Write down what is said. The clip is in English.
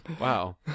Wow